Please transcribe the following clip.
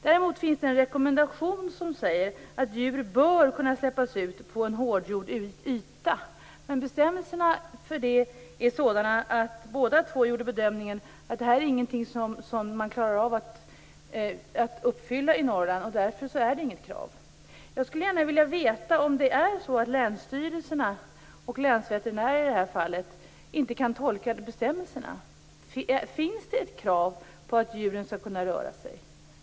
Däremot finns det en rekommendation som säger att djur bör släppas ut på en hårdgjord yta. Men bestämmelserna är sådana att de båda som jag talade med gör bedömningen att detta inte är någonting som man klarar av att uppfylla i Norrland och att det därför inte är något krav. Jag skulle gärna vilja veta om länsstyrelserna, och länsveterinärerna i det här fallet, inte kan tolka bestämmelserna. Finns det ett krav på att djuren skall kunna röra sig?